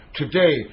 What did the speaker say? today